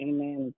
Amen